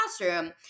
classroom